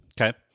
Okay